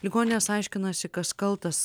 ligoninės aiškinasi kas kaltas